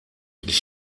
qu’ils